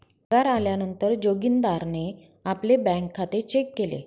पगार आल्या नंतर जोगीन्दारणे आपले बँक खाते चेक केले